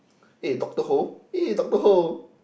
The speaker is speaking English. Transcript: eh Doctor-Ho eh Doctor-Ho